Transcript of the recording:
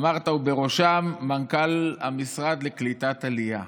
אמרת: ובראשם מנכ"ל המשרד לקליטת עלייה.